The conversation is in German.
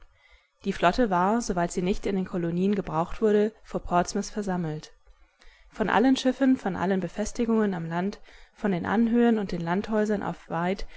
die flotte war soweit sie nicht in den kolonien gebraucht wurde vor portsmouth versammelt von allen schiffen von allen befestigungen am land von den anhöhen und den landhäusern auf wight